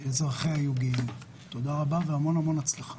תודה רבה והרבה הצלחה.